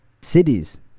cities